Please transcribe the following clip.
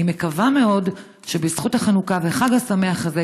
אני מקווה מאוד שבזכות החנוכה והחג השמח הזה,